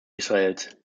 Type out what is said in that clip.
israels